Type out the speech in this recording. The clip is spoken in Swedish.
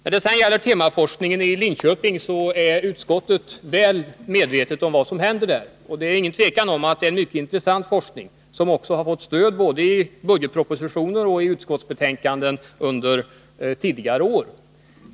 När det sedan gäller temaforskning i Linköping är utskottet väl medvetet om vad som händer där. Det är inget tvivel om att det är en mycket intressant forskning, som har fått stöd både i budgetpropositioner och i utskottsbetänkanden under tidigare år.